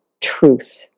truth